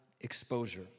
exposure